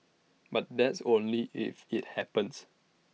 but that's only if IT happens